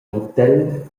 hotel